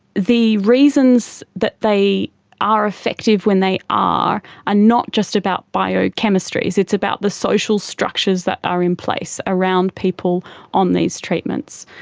the reasons that they are effective, when they are ah not just about biochemistry, it's about the social structures that are in place around people on these treatments.